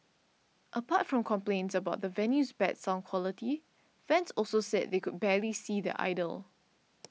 apart from complaints about the venue's bad sound quality fans also said they could barely see their idol